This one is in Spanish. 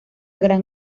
gran